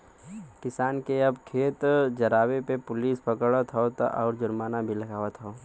किसान के अब खेत जरावे पे पुलिस पकड़त हौ आउर जुर्माना भी लागवत हौ